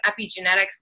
epigenetics